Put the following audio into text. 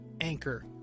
anchor